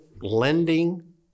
lending